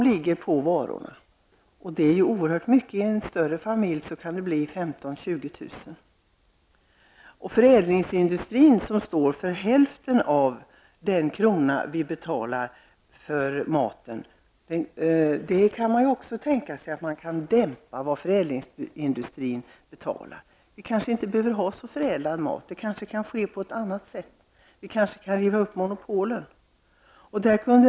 per person om året. I en större familj kan det bli 15 000--20 000 kr. Man kan också tänka sig att dämpa de kostnader som orsakas av förädlingsindustrin. Dessa kostnader uppgår till i stort sett hälften av vad vi betalar för maten. Vi behöver kanske inte ha så förädlad mat. Monopolen kan kanske rivas upp. Varför inte göra en översyn på det området.